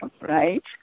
right